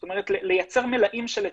זאת אומרת לייצר מלאים של היתרים.